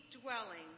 dwelling